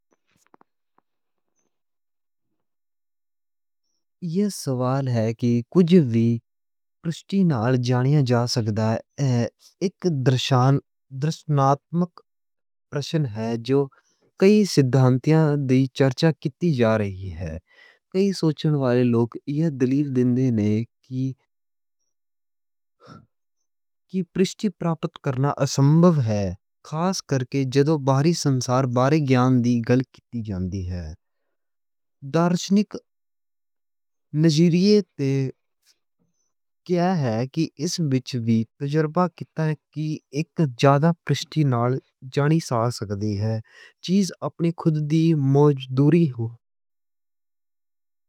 یہ سوال ہے کہ کجھ وی پروشٹی نال جانیا جا سکدا۔ ایک درشن درشناتمک پرشن ہے۔ جو کئی سدھانتیہ دے چرچا کیتی جا رہی ہے۔ کئی سوچن والے لوگ یہ دلیل دیندے نے کہ پروشٹی پرابت کرنا اسمبھ ہے۔ خاص کر کے جو باہری سنسار بارے گیان دی گل کیتی جاندی ہے۔ دارشنک نظریئے تے یہ ہے کہ اِس وچ بھی تجربہ کیتا ہے۔ کی ایک زیادہ پروشٹی نال جانی جا سکتی ہے۔ چیز اپنی خود دی مضبوطی ہو۔